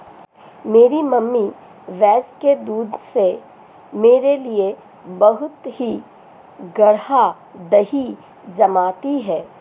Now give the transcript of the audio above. मेरी मम्मी भैंस के दूध से मेरे लिए बहुत ही गाड़ा दही जमाती है